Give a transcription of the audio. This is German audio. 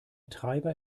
treiber